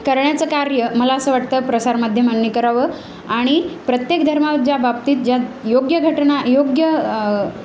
करण्याचं कार्य मला असं वाटतं प्रसार माध्यमानी करावं आणि प्रत्येक धर्माात ज्या बाबतीत ज्यात योग्य घटना योग्य